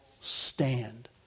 stand